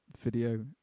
video